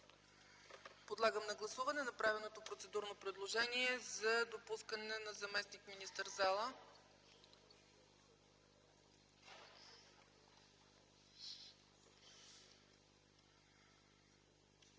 Подлагам на гласуване направеното процедурно предложение за допускане на заместник-министър в залата.